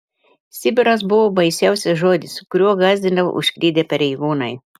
sibiras buvo baisiausias žodis kuriuo gąsdindavo užklydę pareigūnai